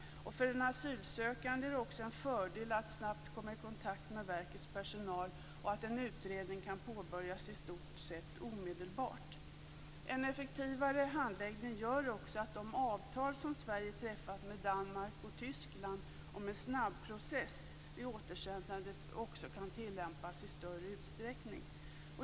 För den asylsökande är det en fördel att snabbt komma i kontakt med verkets personal och att en utredning kan påbörjas i stort sett omedelbart. En effektivare handläggning gör också att de avtal Sverige har träffat med Danmark och Tyskland om en snabbprocess vid återsändande kan tillämpas i större utsträckning.